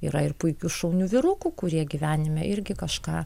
yra ir puikių šaunių vyrukų kurie gyvenime irgi kažką